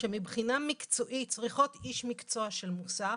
שמבחינה מקצועית צריכות איש מקצוע של מוסך,